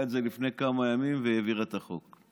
את זה לפני כמה ימים והעבירה את החוק.